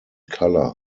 color